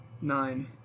Nine